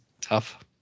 tough